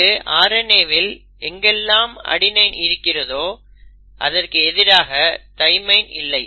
இங்கு RNA வில் எங்கெல்லாம் அடெனின் இருக்கிறதோ அதற்கு எதிராக தைமைன் இல்லை